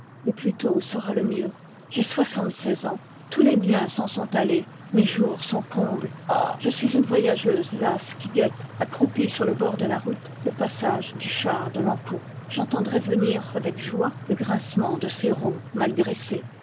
le plus tôt sera le mieux j'ai soixante-seize ans tous les miens s'en sont allés mes jours sont combles je suis une voyageuse lasse qui guette accroupie sur le bord de la route le passage du char de l'ankou j'entendrai venir avec joie le grincement de ses